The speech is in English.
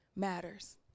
Matters